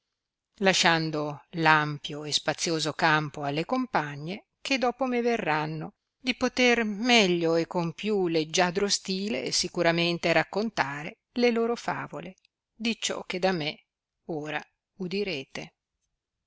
lasciando l'ampio e spazioso campo alle compagne che dopo me verranno di poter meglio e con più leggiadro stile sicuramente raccontare le loro favole di ciò che da me ora udirete